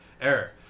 error